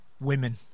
women